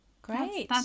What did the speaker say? Great